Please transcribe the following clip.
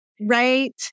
Right